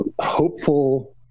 hopeful